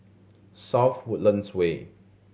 South Woodlands Way